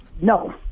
No